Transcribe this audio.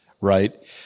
right